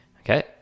Okay